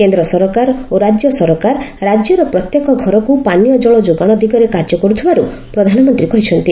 କେନ୍ଦ୍ର ସରକାର ଓ ରାଜ୍ୟ ସରକାର ରାଜ୍ୟର ପ୍ରତ୍ୟେକ ଘରକୁ ପାନୀୟ ଜଳ ଯୋଗାଣ ଦିଗରେ କାର୍ଯ୍ୟ କରୁଥିବାର ପ୍ରଧାନମନ୍ତ୍ରୀ କହିଚ୍ଛନ୍ତି